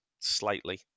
slightly